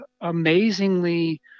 amazingly